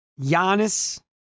Giannis